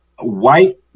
white